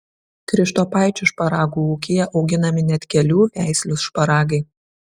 krištopaičių šparagų ūkyje auginami net kelių veislių šparagai